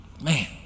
Man